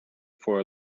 for